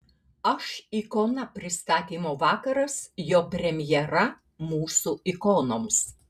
aš ikona pristatymo vakaras jo premjera mūsų ikonoms